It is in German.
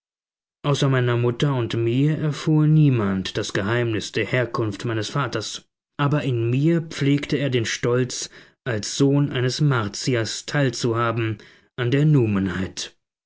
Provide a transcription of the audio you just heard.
außer meiner mutter und mir erfuhr niemand das geheimnis der herkunft meines vaters aber in mir pflegte er den stolz als sohn eines martiers teilzuhaben an der